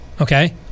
okay